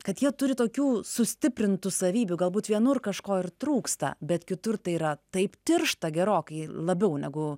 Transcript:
kad jie turi tokių sustiprintų savybių galbūt vienur kažko ir trūksta bet kitur tai yra taip tiršta gerokai labiau negu